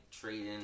trading